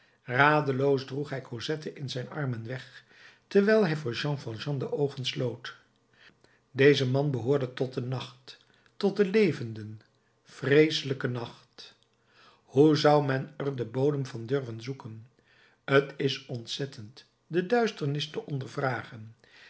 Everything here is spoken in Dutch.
radeloos droeg hij cosette in zijn armen weg terwijl hij voor jean valjean de oogen sloot deze man behoorde tot den nacht tot den levenden vreeselijken nacht hoe zou men er den bodem van durven zoeken t is ontzettend de duisternis te